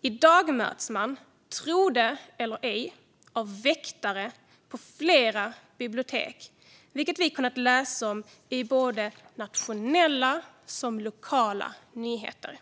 I dag möts man, tro det eller ej, av väktare på flera bibliotek, vilket vi har kunnat läsa om i både nationella och lokala nyheter.